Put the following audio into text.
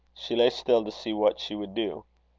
she lay still to see what she would do.